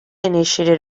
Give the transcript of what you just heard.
initiated